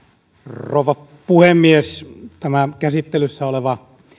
rouva puhemies tämä käsittelyssä oleva